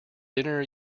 dinner